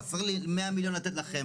חסר לי מאה מיליון לתת לכם,